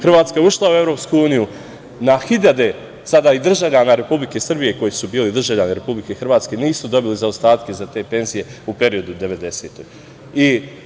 Hrvatska je ušla u EU, na hiljade sada i državljana Republike Srbije koji su bili državljani Republike Hrvatske nisu dobili zaostatke za te penzije u periodu 90-ih.